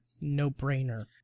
no-brainer